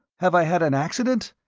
have i had an accident?